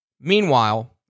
Meanwhile